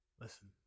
Listen